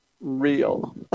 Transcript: real